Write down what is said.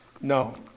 no